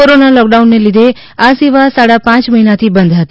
corona લોક ડાઉનને લીધે આ સેવા સાડા પાંચ મહિનાથી બંધ હતી